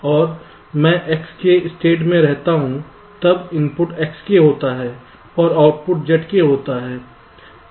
और मैं Xk state में रहता हूं जब इनपुट Xk होता है और आउटपुट Zk होता है